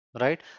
right